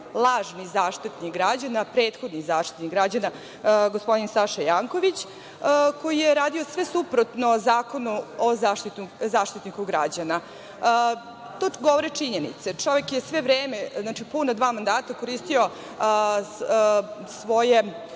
lažni Zaštitnik građana. Prethodni Zaštitnik građana gospodin Saša Janković je radio sve suprotno Zakonu o Zaštitniku građana. To govore činjenice. Čovek je sve vreme, puna dva mandata, koristio svoje,